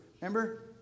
Remember